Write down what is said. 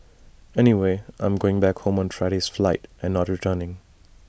anyway I'm going back home on Friday's flight and not returning